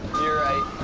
you are right.